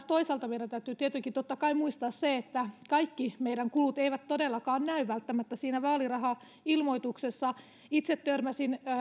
toisaalta meidän täytyy tietenkin totta kai muistaa se että kaikki meidän kulut eivät todellakaan välttämättä näy vaalirahailmoituksessa itse törmäsin